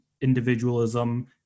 individualism